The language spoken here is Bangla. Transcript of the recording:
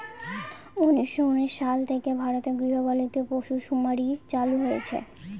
উনিশশো উনিশ সাল থেকে ভারতে গৃহপালিত পশুসুমারী চালু হয়েছে